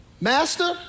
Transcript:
Master